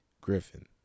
Griffin